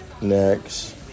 next